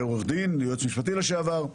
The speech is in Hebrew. הוא עורך דין, יועץ משפטי לשעבר,